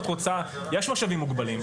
יש משאבים מוגבלים,